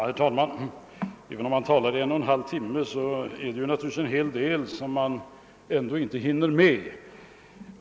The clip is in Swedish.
Herr talman! även om man talar i en och en halv timme, är det naturligtvis ändå en hel del som man inte hinner med.